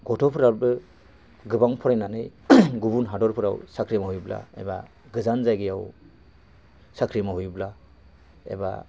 गथ'फोराबो गोबां फरायनानै गुबुन हादरफोराव साख्रि मावहैब्ला एबा गोजान जायगायाव साख्रि मावहैब्ला एबा